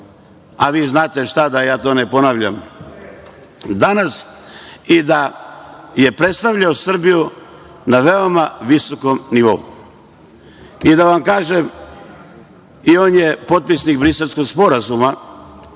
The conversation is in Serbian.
a vi znate šta, da ja to ne ponavljam danas, i da je predstavljao Srbiju na veoma visokom nivou. On je potpisnik Briselskog sporazuma.